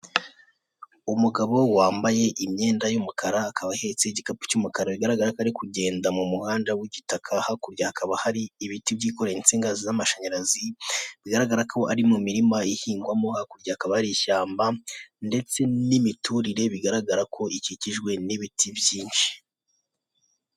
Umugabo wambaye imyenda y'umukara akaba ahetse igikapu cy'umukara bigaragara ko ari kugenda mu muhanda w'igitaka hakurya hakaba hari ibiti byikoreye insinga z'amashanyarazi bigaragara ko ari mu mirima ihingwamo hakurya akaba ari ishyamba ndetse n'imiturire bigaragara ko ikikijwe n'ibiti byinshi.